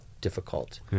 difficult